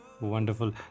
Wonderful